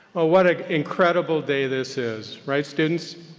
well what a incredible day this is, right students?